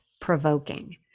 provoking